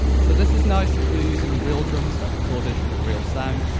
so, this is nice if you're using real drums that recorded in a real sound,